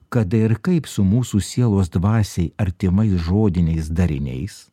kada ir kaip su mūsų sielos dvasiai artimais žodiniais dariniais